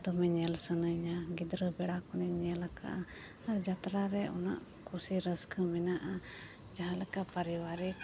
ᱫᱚᱢᱮ ᱧᱮᱞ ᱥᱟᱹᱱᱟᱹᱧᱟ ᱜᱤᱫᱽᱨᱟᱹ ᱵᱮᱲᱟ ᱠᱷᱚᱱᱤᱧ ᱧᱮᱞ ᱟᱠᱟᱫᱼᱟ ᱟᱨ ᱡᱟᱛᱨᱟ ᱨᱮ ᱩᱱᱟᱹᱜ ᱠᱩᱥᱤ ᱨᱟᱹᱥᱠᱟᱹ ᱢᱮᱱᱟᱜᱼᱟ ᱡᱟᱦᱟᱸ ᱞᱮᱠᱟ ᱯᱟᱨᱤᱵᱟᱨᱤᱠ